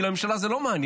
כי את הממשלה זה לא מעניין,